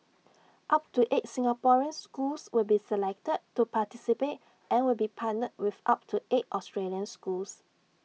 up to eight Singaporean schools will be selected to participate and will be partnered with up to eight Australian schools